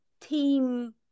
team